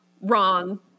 wrong